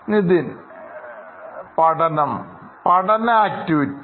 Nithin പഠനം activity